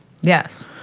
Yes